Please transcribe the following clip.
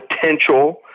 potential